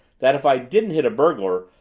that if i didn't hit a burglar,